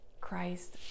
Christ